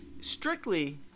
Strictly